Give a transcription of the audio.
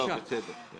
טוב, בסדר.